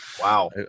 wow